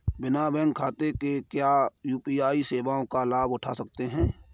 बिना बैंक खाते के क्या यू.पी.आई सेवाओं का लाभ उठा सकते हैं?